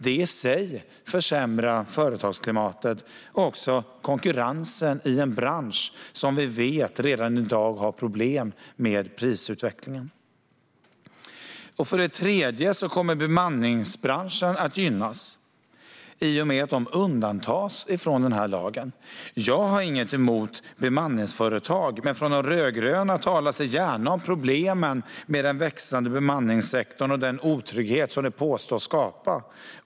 Det i sig försämrar företagsklimatet och konkurrensen i en bransch som redan i dag har problem med prisutvecklingen. För det tredje kommer bemanningsbranschen att gynnas, i och med att den undantas från lagen. Jag har inget emot bemanningsföretag, men den rödgröna sidan talar gärna om problemen med den växande bemanningssektorn och den otrygghet som det påstås skapa.